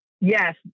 Yes